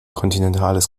kontinentales